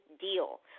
deal